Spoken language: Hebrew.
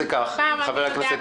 חבר הכנסת